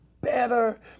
better